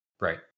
Right